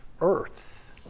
earth